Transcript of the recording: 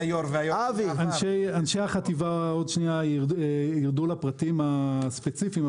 אנשי החטיבה עוד שנייה ירדו לפרטים הספציפיים,